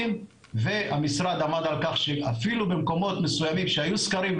הייתי רוצה שתתני לנו קצת סקירה,